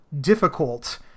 difficult